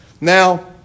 Now